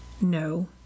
No